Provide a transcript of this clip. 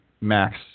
Max